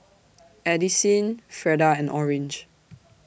Addisyn Freda and Orange